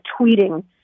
tweeting